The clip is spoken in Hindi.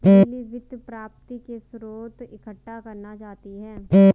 लिली वित्त प्राप्ति के स्रोत इकट्ठा करना चाहती है